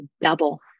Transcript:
double